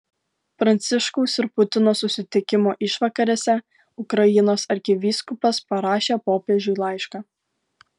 pranciškaus ir putino susitikimo išvakarėse ukrainos arkivyskupas parašė popiežiui laišką